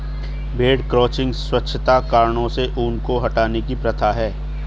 भेड़ क्रचिंग स्वच्छता कारणों से ऊन को हटाने की प्रथा है